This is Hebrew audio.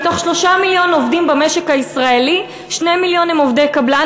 מתוך 3 מיליון עובדים במשק הישראלי 2 מיליון הם עובדי קבלן,